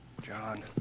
John